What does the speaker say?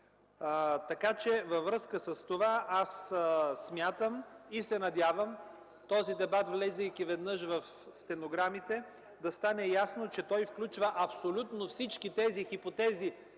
Във връзка с това смятам и се надявам този дебат, влизайки веднъж в стенограмите, да стане ясно, че той включва абсолютно всички тези хипотези,